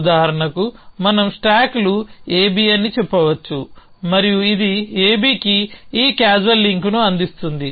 ఉదాహరణకు మనం స్టాక్లు AB అని చెప్పవచ్చు మరియు ఇది ABకి ఈ క్యాజువల్ లింక్ను అందిస్తుంది